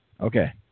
Okay